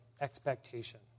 expectation